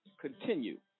continue